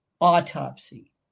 autopsy